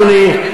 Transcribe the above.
אדוני,